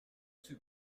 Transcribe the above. too